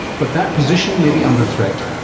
but that position may be under threat.